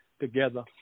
together